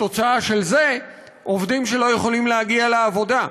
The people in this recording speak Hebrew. התוצאה של זה: עובדים שלא יכולים להגיע לעבודה.